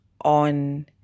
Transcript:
on